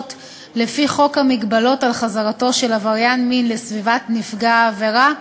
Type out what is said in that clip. לפי חוק מגבלות על חזרתו של עבריין מין לסביבת נפגע עבירה,